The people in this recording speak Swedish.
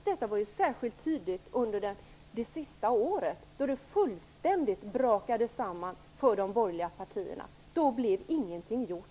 Detta var särskilt tydligt under det sista året då det helt brakade samman för de borgerliga partierna. Då blev ingenting gjort.